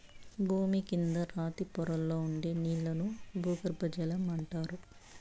భూమి కింద రాతి పొరల్లో ఉండే నీళ్ళను భూగర్బజలం అంటారు